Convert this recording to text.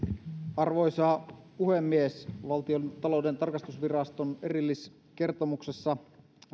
arvoisa puhemies valtiontalouden tarkastusviraston erilliskertomuksessa